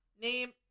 Name